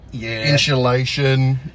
insulation